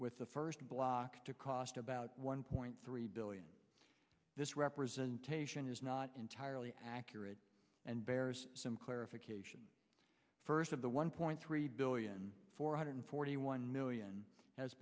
with the first block to cost about one point three billion this representation is not entirely accurate and bears some clarification first of the one point three billion four hundred forty one million has